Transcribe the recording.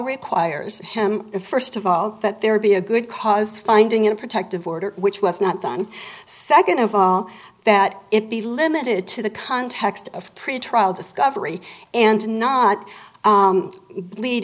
requires him to first of all that there be a good cause finding in a protective order which was not done second of all that it be limited to the context of pretrial discovery and not lead